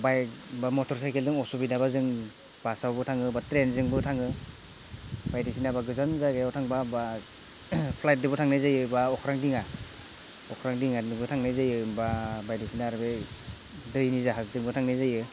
bike बा मटरसाइकेलजों असुबिदाबा जों बासावबो थाङो बा ट्रैनजोंबो थाङो बायदिसिना गोजान जायगायाव थांबा बा फ्लाइटजोंबो थांनाय जायो बा अख्रां दिङा अख्रां दिङाजोंबो थांनाय जायो बा बायदिसिना आरो बै दैनि जाहाजजोंबो थांनाय जायो